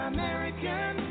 American